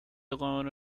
alone